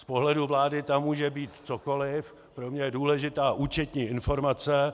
Z pohledu vlády tam může být cokoliv, pro mě je důležitá účetní informace.